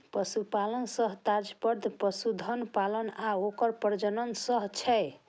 पशुपालन सं तात्पर्य पशुधन पालन आ ओकर प्रजनन सं छै